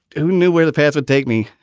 who knew where the pads would take me?